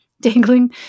dangling